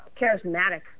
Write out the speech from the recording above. charismatic